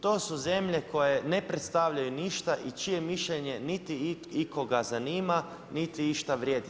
To su zemlje koje ne predstavljaju ništa i čije mišljenje niti ikoga zanima niti išta vrijedi.